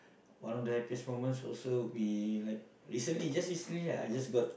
one of the happiest moments also would be like recently just recently I just got